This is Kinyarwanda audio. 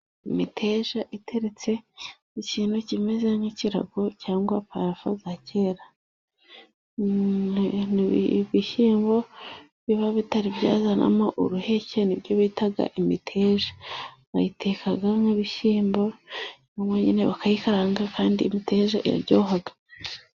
Imiteja iteretse ku kintu kimeze nk'ikirago cyangwa parafo za kera. Ibishyimbo biba bitari byazanamo uruheke ni byo bita imiteja. Bayiteka nk'ibishyimbo byonyine bakayikaranga kandi imiteje iraryoha.